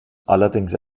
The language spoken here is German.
allerdings